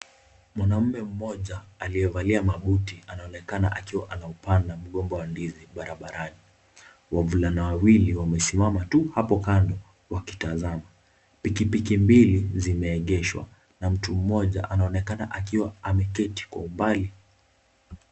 Mwanamume mmoja aliye valia mabuti anaonekana akiwa anaupanda mgomba wa ndizi barabarani, wavulana wawili wamesimama tu! hapo kando tu wakitazama. Pikipiki mbili zimeegeshwa na mtu mmoja anaonekana akiwa ameketi kwa umbali.